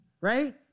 Right